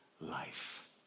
life